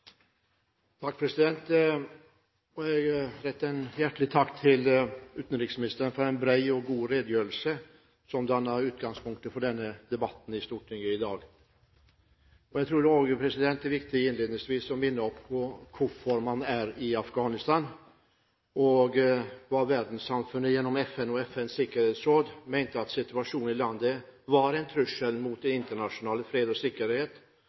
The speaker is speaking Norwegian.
takk til utenriksministeren for en bred og god redegjørelse, som dannet utgangspunktet for denne debatten i Stortinget i dag. Jeg tror det innledningsvis er viktig å minne om hvorfor man er i Afghanistan, og at verdenssamfunnet gjennom FN og FNs sikkerhetsråd mente at situasjonen i landet var en trussel mot internasjonal fred og sikkerhet.